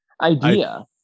idea